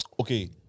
okay